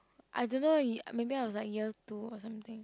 I don't know he maybe I was like year two or something